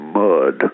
mud